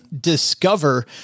Discover